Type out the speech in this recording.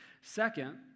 Second